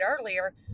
earlier